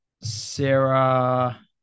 Sarah